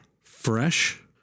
fresh